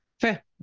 Fair